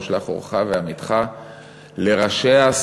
ושלח אורך ואמיתך לראשיה,